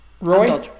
Roy